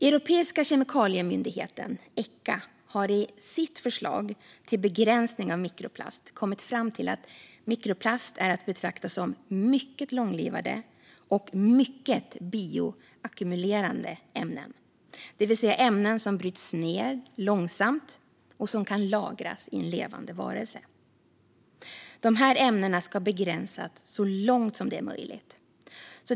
Europeiska kemikaliemyndigheten, Echa, har i sitt förslag till begränsning av mikroplast kommit fram till att mikroplast är att betrakta som mycket långlivade och mycket bioackumulerande ämnen, det vill säga ämnen som bryts ned långsamt och som kan lagras i levande varelser. Dessa ämnen ska begränsas så långt det är möjligt.